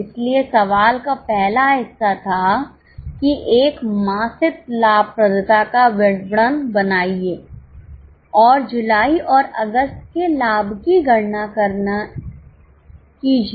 इसलिए सवाल का पहला हिस्सा था कि एक मासिक लाभप्रदता का विवरण बनाइए और जुलाई और अगस्त के लाभ की गणना करना कीजिए